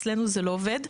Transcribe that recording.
אצלנו זה לא עובד.